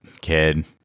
Kid